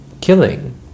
killing